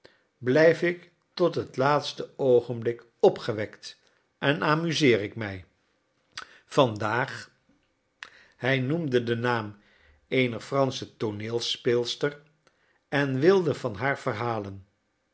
blijf ik tot het laatste oogenblik opgewekt en amuseer ik mij van daag hij noemde den naam eener fransche tooneelspeelster en wilde van haar verhalen